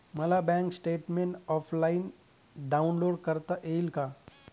मला bank statement offline download करता येईल का?